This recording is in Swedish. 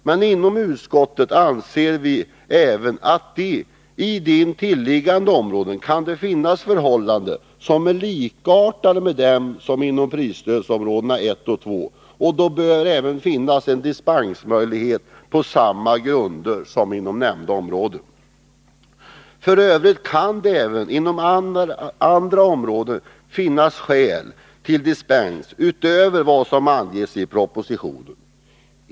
Men inom utskottet anser vi att det även i intilliggande områden kan råda förhållanden som är likartade dem som är gällande inom prisstödsområdena 1 och 2, och då bör en dispensmöjlighet på samma grund som inom nämnda områden finnas. F. ö. kan det även inom andra områden finnas skäl till dispens utöver vad som anges i propositionen.